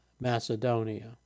Macedonia